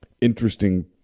interesting